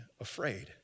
afraid